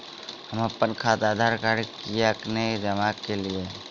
अप्पन खाता मे आधारकार्ड कियाक नै जमा केलियै?